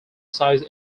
size